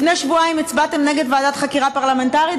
לפני שבועיים הצבעתם נגד ועדת חקירה פרלמנטרית?